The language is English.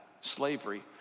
slavery